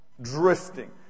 drifting